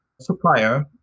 supplier